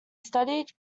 studied